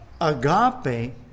agape